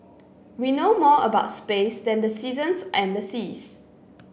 we know more about space than the seasons and the seas